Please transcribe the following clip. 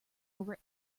over